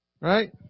Right